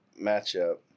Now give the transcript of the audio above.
matchup